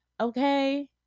Okay